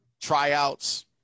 tryouts